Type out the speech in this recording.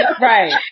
Right